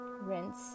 rinse